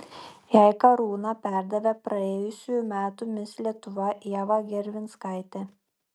jai karūna perdavė praėjusiųjų metų mis lietuva ieva gervinskaitė